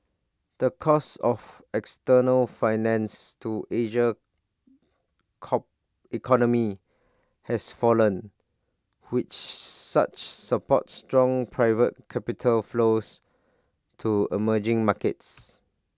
the cost of external finance to Asian economy has fallen which such support strong private capital flows to emerging markets